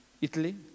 Italy